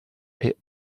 est